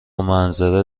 منظره